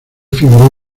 figuró